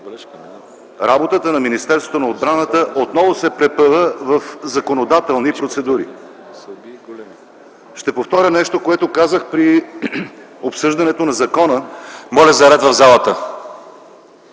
работата на Министерството на отбраната отново се препъва в законодателни процедури. Ще повторя нещо, което казах при обсъждането на Закона за изменение